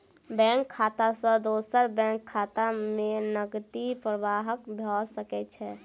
bank खाता सॅ दोसर बैंक खाता में नकदी प्रवाह भ सकै छै